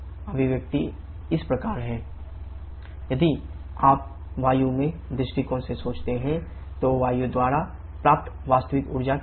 अभिव्यक्ति इस प्रकार है Effectiveness qactualq max यदि आप वायु के दृष्टिकोण से सोचते हैं तो वायु द्वारा प्राप्त वास्तविक ऊर्जा क्या है